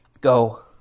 go